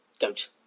goat